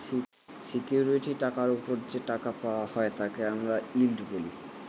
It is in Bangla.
সিকিউরিটি টাকার ওপর যে টাকা পাওয়া হয় তাকে আমরা ইল্ড বলি